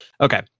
Okay